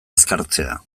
azkartzea